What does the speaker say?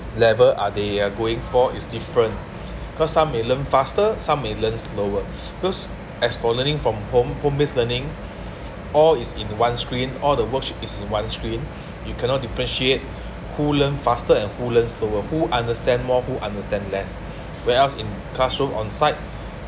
level are they are going for is different cause some they learn faster some may learn slower because as for learning from home home-based learning all is in one screen all the watch is one screen you cannot differentiate who learn faster at who learn slower who understand more who understand less where else in classroom on site